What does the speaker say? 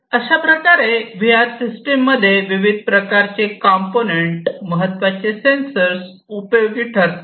अशाप्रकारे V R system मध्ये विविध प्रकारचे कंपोनेंट महत्वाचे सेन्सर उपयोगी ठरतात